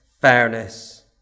fairness